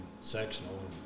sectional